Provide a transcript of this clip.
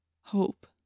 hope